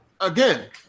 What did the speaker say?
again